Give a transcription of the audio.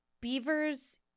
beavers